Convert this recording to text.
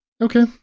Okay